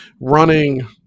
Running